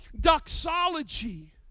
doxology